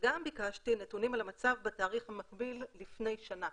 וגם ביקשתי נתונים על המצב בתאריך המקביל לפני שנה